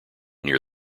near